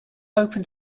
open